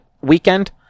weekend